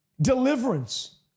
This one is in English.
deliverance